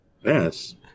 Yes